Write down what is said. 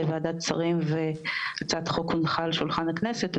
ועדת שרים והצעת חוק הונחה על שולחן הכנסת.